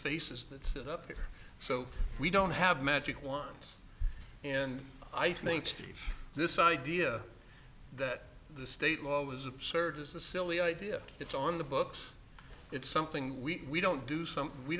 faces that set up so we don't have magic wands and i think steve this idea that the state law is absurd is a silly idea it's on the books it's something we don't do something we